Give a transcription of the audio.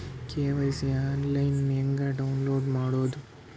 KYC online ಹೆಂಗ್ download ಮಾಡೋದು?